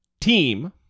team